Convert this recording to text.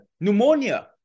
Pneumonia